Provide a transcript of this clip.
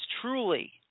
truly